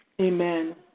Amen